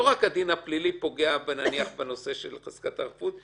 לא רק הדין הפלילי פוגע בנושא של חזקת החפות,